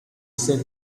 ces